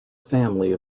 family